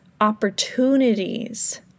opportunities